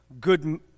Good